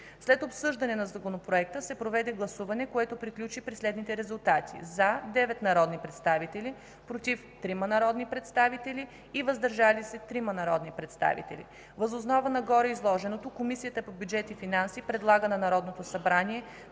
След обсъждане на Законопроекта се проведе гласуване, което приключи при следните резултати: „за” – 9 народни представители, „против” – 3 народни представители и „въздържали се” – 3 народни представители. Въз основа на гореизложеното Комисията по бюджет и финанси предлага на Народното събрание